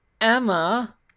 Emma